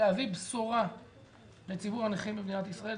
להביא בשורה לציבור הנכים במדינת ישראל,